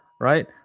right